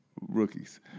Rookies